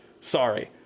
Sorry